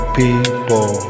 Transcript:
people